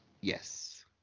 Yes